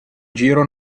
giro